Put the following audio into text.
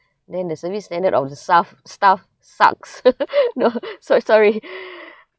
then the service standard of the staff sucks no so sorry